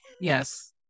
Yes